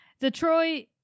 Detroit